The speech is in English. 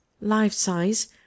life-size